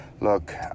Look